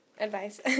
advice